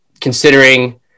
considering